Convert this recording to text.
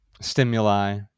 stimuli